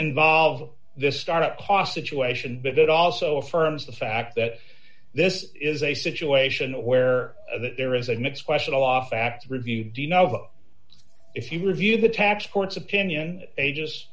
involve the start up cost situation but it also affirms the fact that this is a situation where there is a next question a lawful act review do you know if you review the tax court's opinion ages